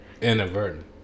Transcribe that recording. inadvertent